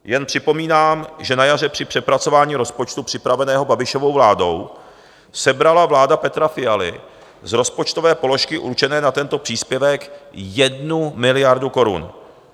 Jen připomínám, že na jaře při přepracování rozpočtu připraveného Babišovou vládou sebrala vláda Petra Fialy z rozpočtové položky určené na tento příspěvek 1 miliardu korun.